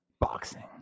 boxing